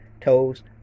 toes